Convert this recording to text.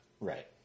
Right